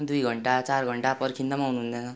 दुई घन्टा चार घन्टा पर्खिँदा पनि आउनुहुँदैन